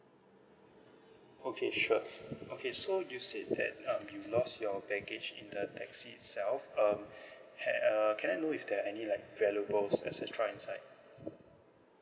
okay sure okay so you said that um you lost your baggage in the taxi itself um had uh can I know if there any like valuables et cetera inside